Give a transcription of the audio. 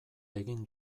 egin